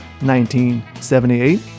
1978